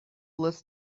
less